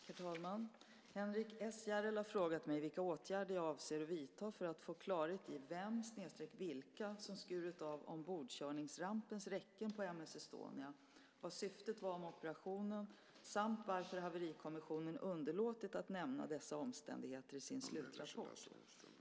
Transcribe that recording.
Herr talman! Henrik S Järrel har frågat mig vilka åtgärder jag avser att vidta för att få klarhet i vem eller vilka som skurit av ombordkörningsrampens räcken på M/S Estonia, vad syftet var med operationen samt varför haverikommissionen underlåtit att nämna dessa omständigheter i sin slutrapport.